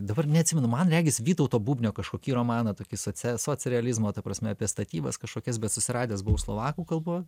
dabar neatsimenu man regis vytauto bubnio kažkokį romaną tokį socia socrealizmo ta prasme apie statybas kažkokias bet susiradęs buvo slovakų kalba